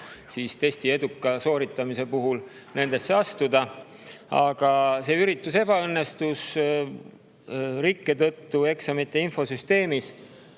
testi eduka sooritamise puhul nendesse astuda. Aga see üritus ebaõnnestus rikke tõttu eksamite infosüsteemis.